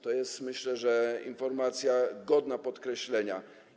To jest, myślę, informacja godna podkreślenia.